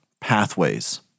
pathways